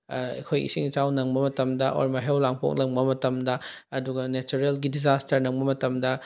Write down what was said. ꯑꯩꯈꯣꯏ ꯏꯁꯤꯡ ꯏꯆꯥꯎ ꯅꯪꯕ ꯃꯇꯝꯗ ꯑꯣꯔ ꯃꯩꯍꯧ ꯂꯥꯡꯄꯣꯛ ꯅꯪꯕ ꯃꯇꯝꯗ ꯑꯗꯨꯒ ꯅꯦꯆꯔꯦꯜꯒꯤ ꯗꯤꯖꯥꯁꯇꯔ ꯅꯪꯕ ꯃꯇꯝꯗ